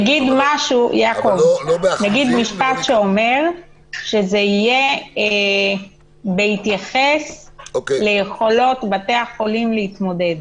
נגיד משפט שאומר שזה יהיה בהתייחס ליכולות בתי החולים להתמודד?